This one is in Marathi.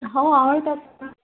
हो आवडतात ना